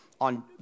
on